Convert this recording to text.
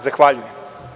Zahvaljujem.